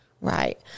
Right